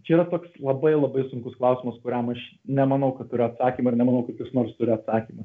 čia yra toks labai labai sunkus klausimas kuriam aš nemanau kad yra atsakymo ir nemanau kad kas nors turi atsakymą